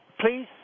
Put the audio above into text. please